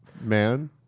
man